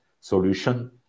solution